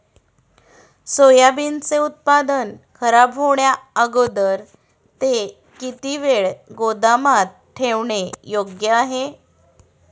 सोयाबीनचे उत्पादन खराब होण्याअगोदर ते किती वेळ गोदामात ठेवणे योग्य आहे?